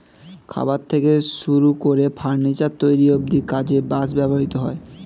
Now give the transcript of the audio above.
খাবার থেকে শুরু করে ফার্নিচার তৈরি অব্ধি কাজে বাঁশ ব্যবহৃত হয়